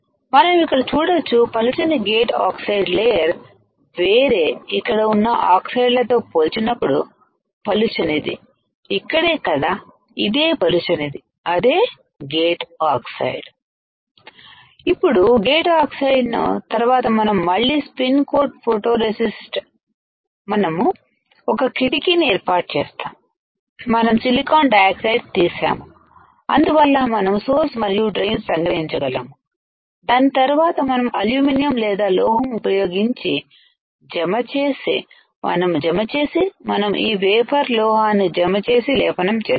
మనం ఇక్కడ చూడొచ్చు పలుచని గేటు ఆక్సైడ్ లేయర్ వేరే ఇక్కడ ఉన్న ఆక్సైడ్ లతో పోల్చినప్పుడు పలుచని ది ఇక్కడే కదా ఇదే పలుచని ది అదే గేటు ఆక్సైడ్ ఇప్పుడు గేట్ ఆక్సైడ్ ను తరువాత మనం మళ్లీ స్పిన్ కోట్ ఫోటో రెసిస్ట్ మనం ఒక్క కిటికీని ఏర్పాటు చేసాం మనం సిలికాన్ డయాక్సైడ్ తీశాము అందువల్ల మనము సోర్స్ మరియు డ్రైన్ సంగ్రహించు గలము దాని తర్వాత మనం అల్యూమినియం లేదా లోహము ఉపయోగించి జమ చేసి మనం జమ చేసి మనం ఈ వేఫర్ లోహాన్ని జమ చేసి లేపనం చేస్తాము